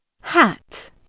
Hat